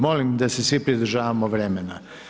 Molim da se svi pridržavamo vremena.